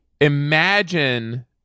imagine